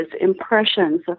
impressions